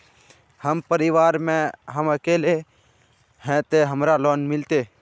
हम परिवार में हम अकेले है ते हमरा लोन मिलते?